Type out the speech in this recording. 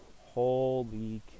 holy